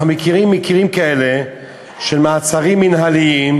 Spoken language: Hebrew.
אנחנו מכירים מקרים כאלה של מעצרים מינהליים,